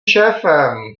šéfem